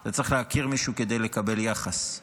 אתה צריך להכיר מישהו כדי לקבל יחס.